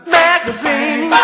magazine